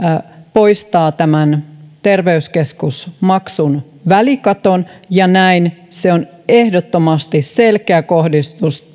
poistaa tämän terveyskeskusmaksun välikaton ja näin se on ehdottomasti selkeä kohdistus